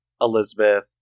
Elizabeth